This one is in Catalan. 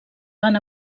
van